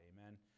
Amen